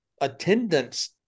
attendance